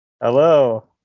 Hello